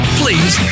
please